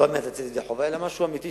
לא רק לצאת ידי חובה אלא משהו אמיתי,